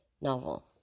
novel